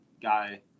guy